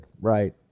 Right